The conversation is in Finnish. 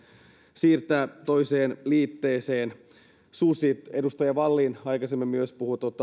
siirtää toiseen liitteeseen susi edustaja wallin aikaisemmin myös puhui